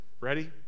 Ready